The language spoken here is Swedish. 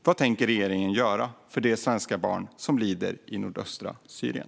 Vad tänker regeringen göra för de svenska barn som lider i nordöstra Syrien?